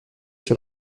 sur